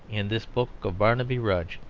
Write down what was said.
in this book of barnaby rudge,